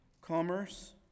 commerce